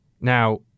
Now